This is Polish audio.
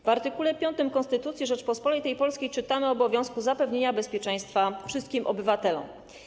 W art. 5 Konstytucji Rzeczypospolitej Polskiej czytamy o obowiązku zapewnienia bezpieczeństwa wszystkim obywatelom.